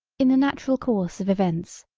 in the natural course of events,